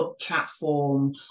platform